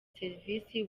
serivisi